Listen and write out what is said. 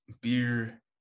Beer